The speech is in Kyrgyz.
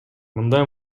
мындай